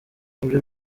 ibyo